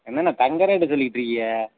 என்னண்ணா தங்கம் ரேட்டு சொல்லிகிட்டுருக்கிக